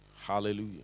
Hallelujah